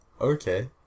Okay